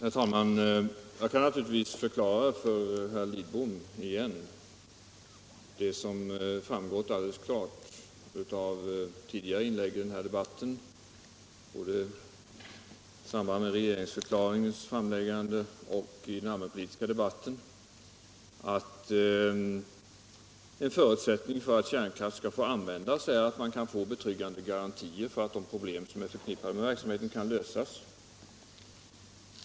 Herr talman! Jag kan naturligtvis förklara för herr Lidbom igen det som framgått alldeles klart av tidigare inlägg i kärnkraftsdebatten, både i samband med regeringsförklaringens framläggande och i den allmänpolitiska debatten, att en förutsättning för att kärnkraft skall få användas är att man har betryggande garantier för att de problem som är förknippade med verksamheten kan lösas.